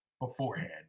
beforehand